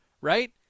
right